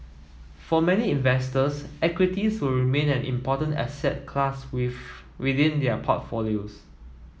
for many investors equities will remain an important asset class within their portfolios